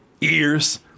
ears